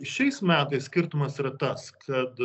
šiais metais skirtumas yra tas kad